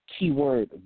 keyword